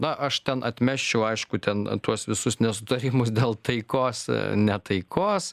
na aš ten atmesčiau aišku ten tuos visus nesutarimus dėl taikos ne taikos